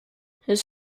his